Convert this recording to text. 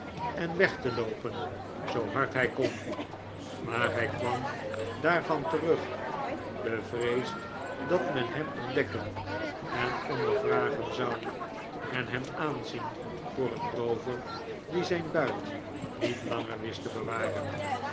en weg te loopen zoo hard hij kon maar hij kwam daarvan terug bevreesd dat men hem ontdekken en ondervragen zou en hem aanzien voor een roover die zijn buit niet langer wist te bewaren